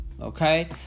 okay